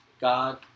God